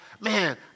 man